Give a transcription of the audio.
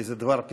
איזה דבר פיצול.